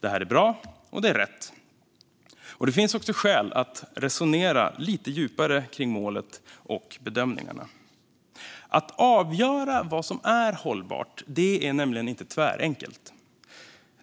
Det här är bra och rätt. Det finns också skäl att resonera lite djupare om målet och bedömningarna. Att avgöra vad som är hållbart är nämligen inte tvärenkelt.